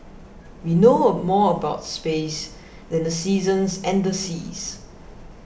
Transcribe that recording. we know more about space than the seasons and the seas